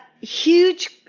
huge